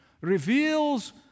reveals